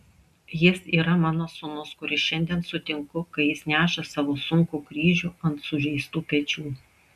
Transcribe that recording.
jis yra mano sūnus kurį šiandien sutinku kai jis neša savo sunkų kryžių ant sužeistų pečių